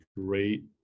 great